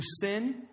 sin